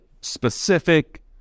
specific